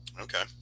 Okay